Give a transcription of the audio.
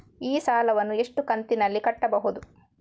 ಈ ಸಾಲವನ್ನು ಎಷ್ಟು ಕಂತಿನಲ್ಲಿ ಕಟ್ಟಬಹುದು?